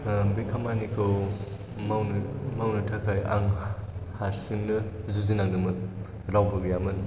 बे खामानिखौ मावनो थाखाय आं हारसिंनो जुजि नांदोंमोन रावबो गैयामोन